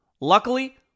Luckily